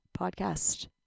podcast